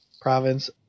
province